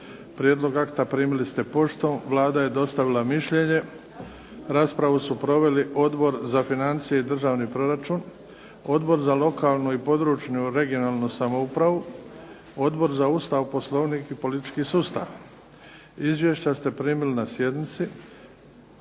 Prijedlog akta primili ste poštom. Vlada je dostavila mišljenje. Raspravu su proveli Odbor za financije i državni proračun, Odbor za lokalnu i područnu (regionalnu) samoupravu, Odbor za Ustav, Poslovnik i politički sustav. Izvješća ste primili na sjednici.